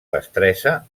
destresa